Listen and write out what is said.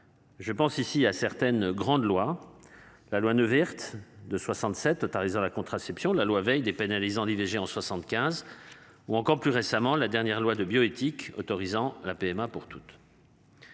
Je pense ici à certaines grandes lois. La loi Neuwirth de 67 autorisant la contraception, la loi Veil dépénalisant d'IVG en. 75 ou encore plus récemment la dernière loi de bioéthique autorisant la PMA pour toutes.